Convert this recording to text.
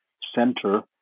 center